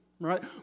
right